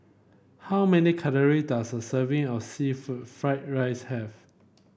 how many calorie does a serving of seafood fry rice have